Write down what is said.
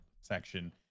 section